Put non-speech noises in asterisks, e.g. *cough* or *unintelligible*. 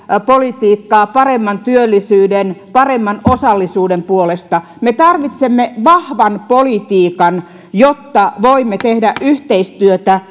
politiikkaa paremman työllisyyden ja paremman osallisuuden puolesta me tarvitsemme vahvan politiikan jotta voimme tehdä yhteistyötä *unintelligible*